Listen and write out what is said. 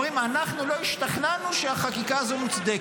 אומרים: אנחנו לא השתכנענו שהחקיקה הזאת מוצדקת.